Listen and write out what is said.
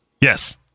Yes